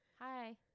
Hi